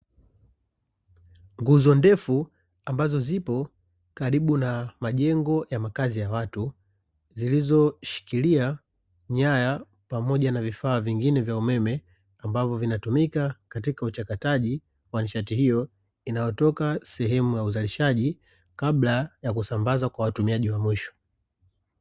Nguzo ndefu ambazo zipo karibu na majengo ya makazi ya watu, zilizoshikilia nyaya pamoja na vifaa vingine vya umeme ambavyo vinatumika katika uchakataji wa nishati hiyo inayotoka sehemu ya uzalishaji kabla ya kusambaza kwa watumiaji wa mwisho.